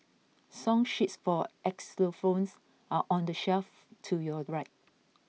song sheets for xylophones are on the shelf to your right